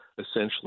essentially